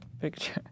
picture